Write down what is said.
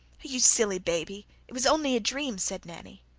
you silly baby! it was only a dream, said nanny.